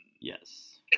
Yes